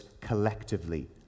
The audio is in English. collectively